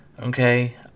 okay